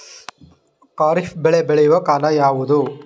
ಖಾರಿಫ್ ಬೆಳೆ ಬೆಳೆಯುವ ಕಾಲ ಯಾವುದು?